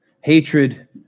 Hatred